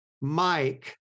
Mike